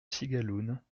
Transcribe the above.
cigaloun